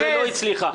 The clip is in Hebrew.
ראשית,